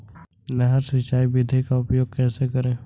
नहर सिंचाई विधि का उपयोग कैसे करें?